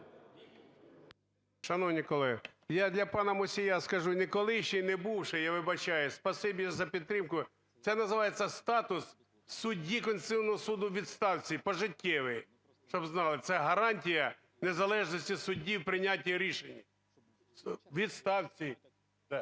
Шановні колеги, я для пана Мусія скажу. Не колишній, не бувший, я вибачаюсь – спасибі за підтримку! Це називається "статус судді Конституційного Суду у відставці". Пожиттєвий. Щоб знали. Це – гарантія незалежності судді у прийнятті рішень. У відставці! Да!